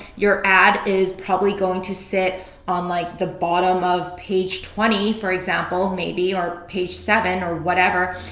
your ad is probably going to sit on like the bottom of page twenty for example, maybe, or page seven, or whatever.